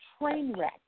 Trainwreck